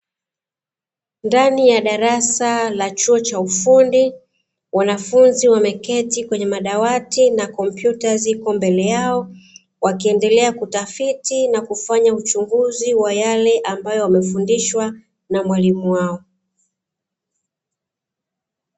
Ndani ya darasa la chuo cha ufundi, wanafunzi wameketi kwenye madawati na kompyuta ziko mbele yao, wakiendelea kutafiti na kufanya uchunguzi wa yale ambayo wamefundishwa na mwalimu wao.